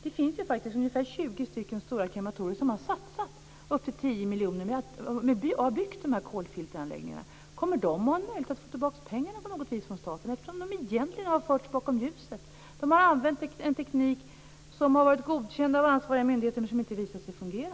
Det finns faktiskt ungefär 20 stora krematorier som har satsat upp till 10 miljoner på att bygga de här kolfilteranläggningarna. Kommer de att ha en möjlighet att få tillbaka pengarna från staten på något vis? De har ju egentligen förts bakom ljuset. De har använt en teknik som har varit godkänd av ansvariga myndigheter men som visat sig inte fungera.